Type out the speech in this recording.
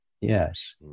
Yes